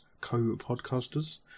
co-podcasters